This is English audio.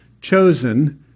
chosen